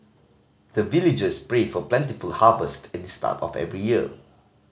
the villagers pray for plentiful harvest at the start of every year